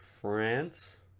France